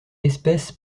espèce